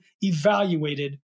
evaluated